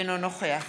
אינו נוכח